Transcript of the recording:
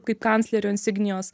kaip kanclerio insignijos